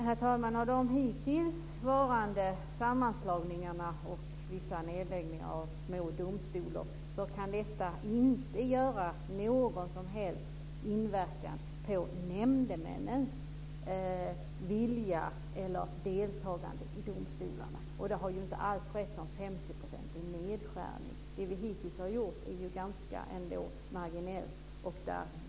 Herr talman! De hittillsvarande sammanslagningarna och nedläggningarna av små domstolar kan inte ha någon som helst inverkan på nämndemännens deltagande i domstolarna. Det har inte alls skett någon 50-procentig nedskärning. Det vi hittills har gjort är ändå ganska marginellt.